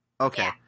Okay